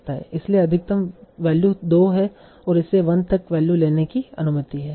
इसलिए अधिकतम वैल्यू 2 है और इसे 1 तक वैल्यू लेने की अनुमति है